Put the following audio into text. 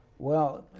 well,